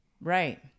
right